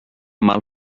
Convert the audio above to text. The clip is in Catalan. mal